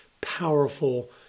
powerful